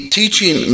teaching